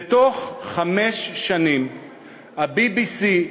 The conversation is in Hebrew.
ובתוך חמש שנים ה-BBC,